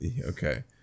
Okay